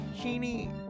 Genie